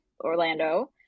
Orlando